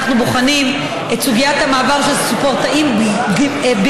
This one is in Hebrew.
אנחנו בוחנים את סוגיית המעבר של ספורטאים בגירים,